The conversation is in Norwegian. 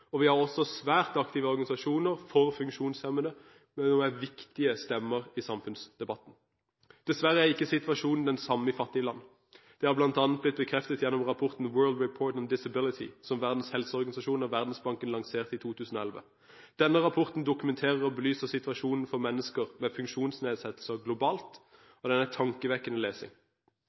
og vi har også svært aktive organisasjoner for funksjonshemmede, som er viktige stemmer i samfunnsdebatten. Dessverre er ikke situasjonen den samme i fattige land. Det har bl.a. blitt bekreftet gjennom rapporten World report on disability, som Verdens helseorganisasjon og Verdensbanken lanserte i 2011. Denne rapporten dokumenterer og belyser situasjonen for mennesker med funksjonsnedsettelser globalt – og det er tankevekkende lesning.